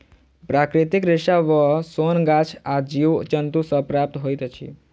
प्राकृतिक रेशा वा सोन गाछ आ जीव जन्तु सॅ प्राप्त होइत अछि